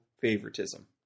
favoritism